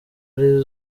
ari